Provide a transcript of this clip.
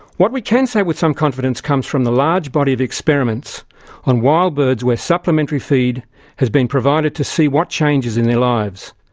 what we can say with some confidence comes from a large body of experiments on wild birds where supplementary food has been provided to see what changes in their lives.